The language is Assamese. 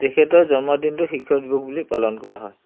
তেখেতৰ জন্মদিনটো শিক্ষক দিৱস বুলি পালন কৰা হয়